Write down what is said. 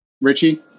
Richie